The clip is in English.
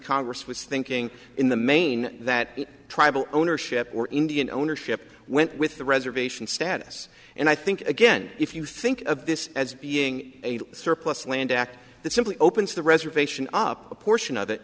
congress was thinking in the main that tribal ownership or indian ownership went with the reservation status and i think again if you think of this as being a surplus land act that simply opens the reservation up a portion of it